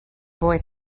boy